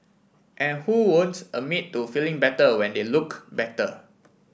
and who admit to feeling better when they look better